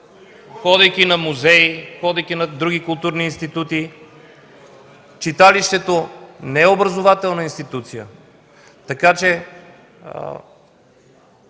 ходейки на музеи, ходейки на други културни институти. Читалището не е образователна институция. (Реплики